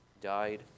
died